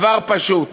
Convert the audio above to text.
דבר פשוט: